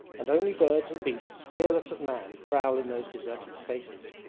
and only birds and beasts fearless of man prowl in those deserted spaces.